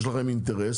יש לכם אינטרס,